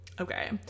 Okay